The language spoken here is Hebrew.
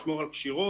לשמור על כשירות.